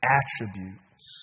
attributes